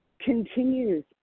continues